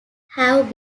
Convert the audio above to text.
have